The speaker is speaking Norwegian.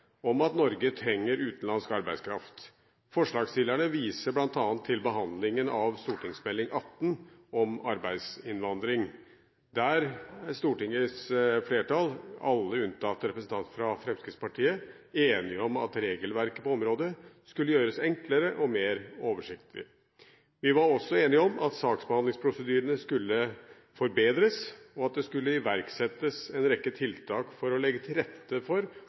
om at Norge trenger utenlandsk arbeidskraft. Forslagsstillerne viser bl.a. til behandlingen av St.meld. nr. 18 for 2007–2008 om arbeidsinnvandring, da Stortingets flertall, alle unntatt representantene fra Fremskrittspartiet, var enige om at regelverket på området skulle gjøres enklere og mer oversiktlig. Vi var også enige om at saksbehandlingsprosedyrene skulle forbedres, og at det skulle iverksettes en rekke tiltak for å legge til rette for